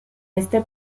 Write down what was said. este